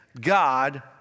God